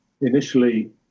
initially